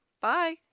Bye